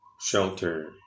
shelter